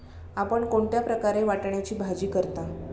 आपण कोणत्या प्रकारे वाटाण्याची भाजी करता?